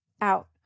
out